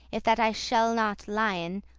if that i shall not lien,